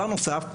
בנוסף,